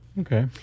Okay